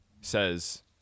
says